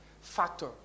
factor